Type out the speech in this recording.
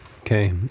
Okay